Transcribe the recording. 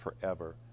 forever